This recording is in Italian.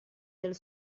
del